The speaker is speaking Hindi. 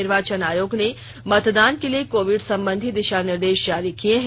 निर्वाचन आयोग ने मतदान के लिए कोविड संबंधी दिशा निर्देश जारी किये हैं